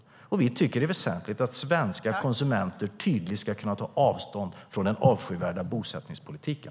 Vi tycker att det är väsentligt att svenska konsumenter tydligt ska kunna ta avstånd från den avskyvärda bosättningspolitiken.